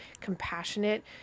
compassionate